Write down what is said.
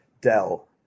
dell